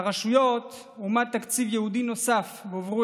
לרשויות הועמד תקציב ייעודי נוסף והועברו